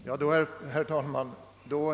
Herr talman!